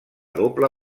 doble